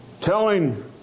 Telling